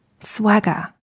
Swagger